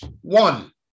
one